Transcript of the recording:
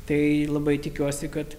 tai labai tikiuosi kad